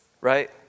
right